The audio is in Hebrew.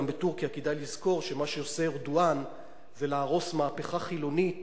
גם בטורקיה כדאי לזכור שמה שעושה ארדואן זה להרוס מהפכה חילונית